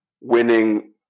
winning